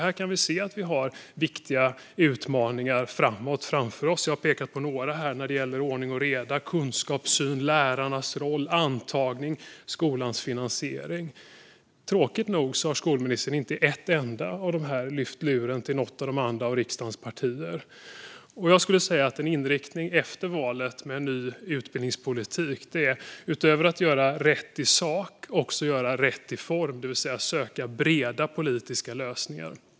Här kan vi se att vi har viktiga utmaningar framför oss. Jag har pekat på några: ordning och reda, kunskapssyn, lärarnas roll, antagning och skolans finansiering. Tråkigt nog har skolministern inte i en enda av dessa frågor lyft luren till något av de andra riksdagspartierna. En inriktning i en ny utbildningspolitik efter valet är att utöver att göra rätt i sak också göra rätt i form, det vill säga söka breda politiska lösningar.